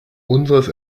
unseres